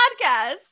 podcast